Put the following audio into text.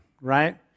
right